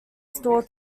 store